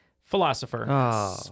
Philosopher